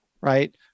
right